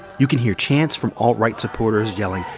you can hear chants from alt-right supporters yelling,